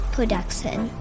Production